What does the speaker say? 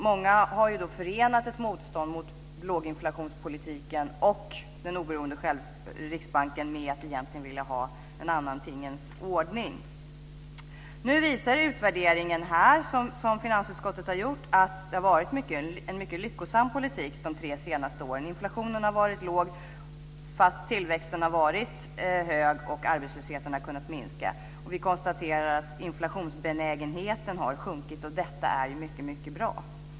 Många har ju förenat ett motstånd mot låginflationspolitik och en oberoende riksbank med att egentligen vilja ha en annan tingens ordning. Nu visar den utvärdering som finansutskottet har gjort att det har varit en mycket lyckosam politik de tre senaste åren. Inflationen har varit låg fast tillväxten har varit hög, och arbetslösheten har kunnat minska. Vi konstaterar att inflationsbenägenheten har sjunkit, och detta är ju mycket bra.